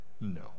No